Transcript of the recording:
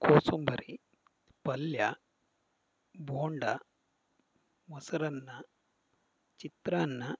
ಕೋಸುಂಬರಿ ಪಲ್ಯಾ ಬೋಂಡ ಮೊಸರನ್ನ ಚಿತ್ರಾನ್ನ